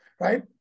right